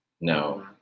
No